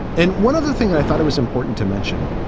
and one other thing. i thought it was important to mention,